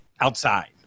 outside